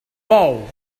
bou